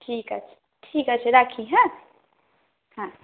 ঠিক আছে ঠিক আছে রাখি হ্যাঁ হ্যাঁ